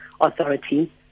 Authority